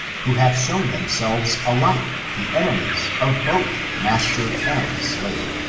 who have shown themselves alike the enemies of both master and slave.